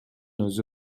өзү